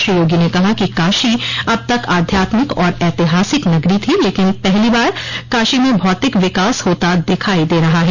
श्री योगी ने कहा कि काशी अब तक आध्यात्मिक और ऐतिहासिक नगरी थी लेकिन पहली बार काशी में भौतिक विकास होता दिखाई दे रहा है